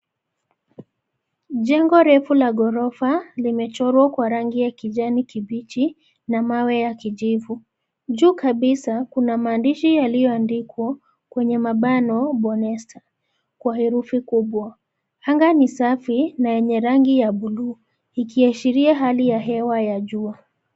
Jengo refu la ghorofa limechorwa kwa rangi ya kijani kibichi, na mawe ya kijivu. Juu kabisa kuna maandishi yaliyoandikwa, kwenye mabano Bonesta , kwa herufi kubwa. Anga ni safi na yenye rangi ya bluu, ikiashiria hali ya hewa ya jua.